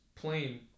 plain